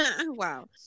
Wow